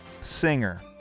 singer